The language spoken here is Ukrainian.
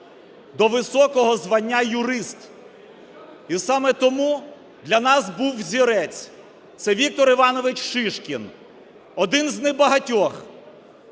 до високого звання юрист. І саме тому для нас був взірець – це Віктор Іванович Шишкін. Один з небагатьох,